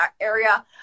area